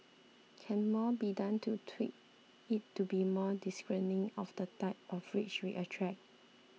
can more be done to tweak it to be more discerning of the type of rich we attract